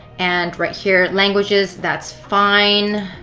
and right here, languages, that's fine.